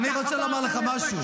אני רוצה לומר לך משהו,